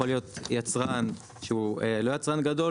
יכול להיות יצרן שהוא לא יצרן גדול,